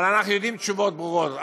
אבל אנחנו יודעים תשובות ברורות,